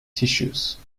tissues